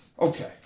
Okay